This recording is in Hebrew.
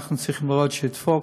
אנחנו צריכים שזה ידפוק,